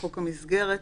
חוק המסגרת,